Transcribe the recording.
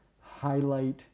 highlight